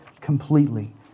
completely